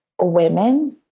women